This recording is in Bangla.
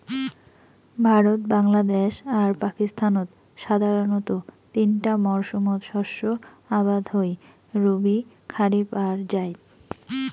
ভারত, বাংলাদ্যাশ আর পাকিস্তানত সাধারণতঃ তিনটা মরসুমত শস্য আবাদ হই রবি, খারিফ আর জাইদ